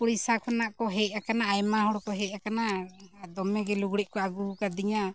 ᱩᱲᱤᱥᱥᱟ ᱠᱷᱚᱱᱟᱜ ᱠᱚ ᱦᱮᱡ ᱟᱠᱟᱱᱟ ᱟᱭᱢᱟ ᱦᱚᱲᱠᱚ ᱦᱮᱡ ᱟᱠᱟᱱᱟ ᱟᱨ ᱫᱚᱢᱮ ᱜᱮ ᱞᱩᱜᱽᱲᱤ ᱠᱚ ᱟᱹᱜᱩ ᱟᱠᱟᱫᱤᱧᱟ